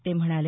ते म्हणाले